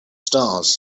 stars